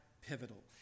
pivotal